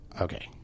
okay